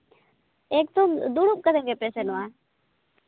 ᱮᱠᱫᱚᱢ ᱫᱩᱲᱩᱵ ᱠᱟᱛᱮᱫ ᱜᱮᱯᱮ ᱥᱮᱱᱚᱜᱼᱟ